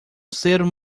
disseram